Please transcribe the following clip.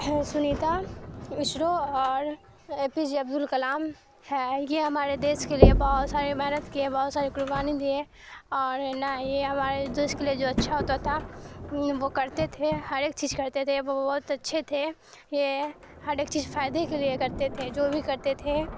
Sunita ISRO اور A P J Abdul Kalam ہیں یہ ہمارے دیش کے لیے بہت ساری محنت کیے بہت ساری قربانی دیے اور نہ یہ ہمارے دیش کے لیے جو اچھا ہوتا تھا وہ کرتے تھے ہر ایک چیز کرتے تھے وہ بہت اچھے تھے یہ ہر ایک چیز فائدے کے لیے کرتے تھے جو بھی کرتے تھے